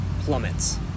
plummets